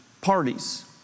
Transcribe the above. parties